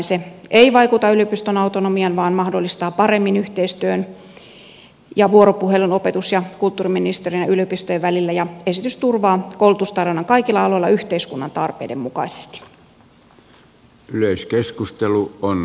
se ei vaikuta yliopiston autonomiaan vaan mahdollistaa paremmin yhteistyön ja vuoropuhelun opetus ja kulttuuriministeriön ja yliopistojen välillä ja esitys turvaa koulutustarjonnan kaikilla aloilla yhteiskunnan tarpeiden mukaisesti